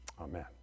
amen